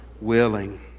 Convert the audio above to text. willing